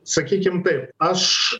sakykim taip aš